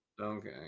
Okay